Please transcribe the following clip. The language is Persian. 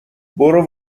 برو